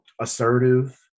assertive